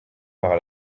par